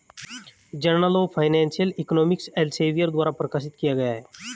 journal of financial economics Elsevier द्वारा प्रकाशित किया गया हैं